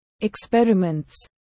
experiments